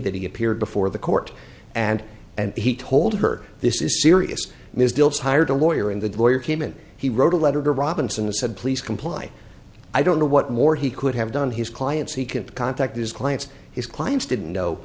that he appeared before the court and and he told her this is serious ms dilts hired a lawyer and the lawyer came in he wrote a letter to robinson and said please comply i don't know what more he could have done his clients he can't contact his clients his clients didn't know